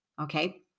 okay